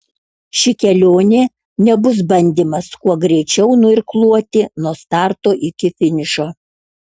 ši kelionė nebus bandymas kuo greičiau nuirkluoti nuo starto iki finišo